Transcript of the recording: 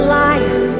life